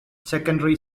secondary